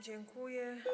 Dziękuję.